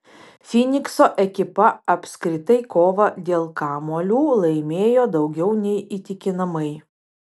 fynikso ekipa apskritai kovą dėl kamuolių laimėjo daugiau nei įtikinamai